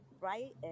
right